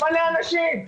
מלא אנשים.